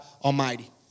Almighty